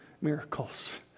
miracles